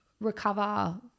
recover